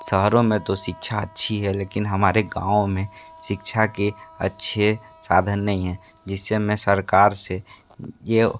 शहरों में तो शिक्षा अच्छी है लेकिन हमारे गाँव में शिक्षा के अच्छे साधन नहीं है जिससे हमें सरकार से ये